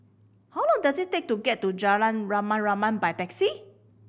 how long does it take to get to Jalan Rama Rama by taxi